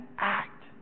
act